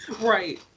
Right